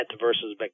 versus